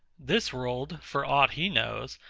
this world, for aught he knows,